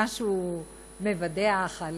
משהו מבדח.